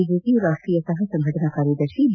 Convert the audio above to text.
BJP ರಾಷ್ಷೀಯ ಸಪ ಸಂಘಟನಾ ಕಾರ್ಯದರ್ತಿ ಬಿ